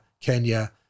Kenya